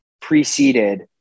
preceded